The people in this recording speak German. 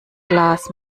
glas